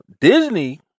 Disney